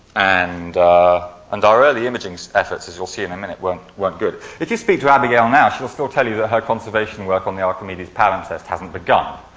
and and our early imaging efforts as you'll see in a minute weren't weren't good. if you speak to abigail now, she'll so tell you that her conservation work on the archimedes palimpsest hasn't begun.